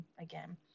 again